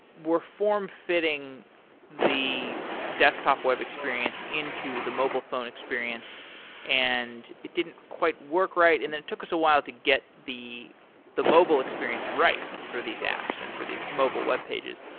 were formfitting the desktop web experience into the mobile experience and it didn't quite work right, and then it took us a while to get the the mobile experience right for these apps and for the mobile web pages.